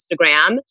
instagram